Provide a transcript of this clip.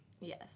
yes